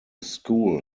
school